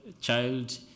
child